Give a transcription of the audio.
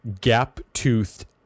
gap-toothed